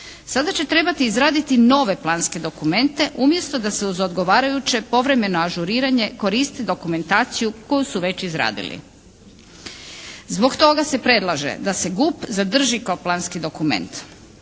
Sada će trebati izraditi nove planske dokumente umjesto da se uz odgovarajuće povremeno ažuriranje koristi dokumentaciju koju su već izradili. Zbog toga se predlaže da se GUP zadrži kao planski dokument.